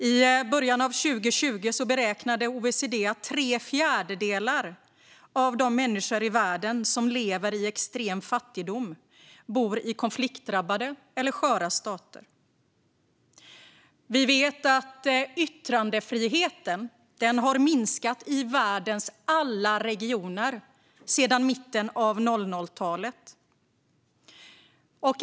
I början av 2020 beräknade OECD att tre fjärdedelar av de människor i världen som lever i extrem fattigdom bor i konfliktdrabbade eller sköra stater. Vi vet att yttrandefriheten har minskat i världens alla regioner sedan mitten av 00-talet.